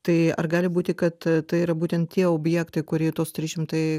tai ar gali būti kad tai yra būtent tie objektai kurie tuos trys šimtai